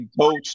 coach